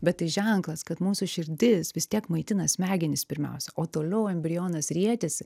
bet tai ženklas kad mūsų širdis vis tiek maitina smegenis pirmiausia o toliau embrionas rietėsi